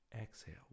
exhale